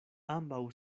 ambaŭ